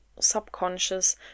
subconscious